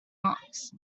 box